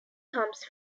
comes